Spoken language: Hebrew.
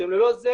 שללא זה